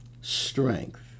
strength